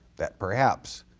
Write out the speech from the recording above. that perhaps,